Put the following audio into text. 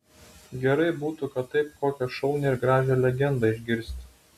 gerai būtų kad taip kokią šaunią ir gražią legendą išgirsti